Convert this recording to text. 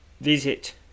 Visit